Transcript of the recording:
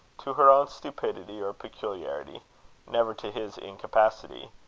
to her own stupidity or peculiarity never to his incapacity.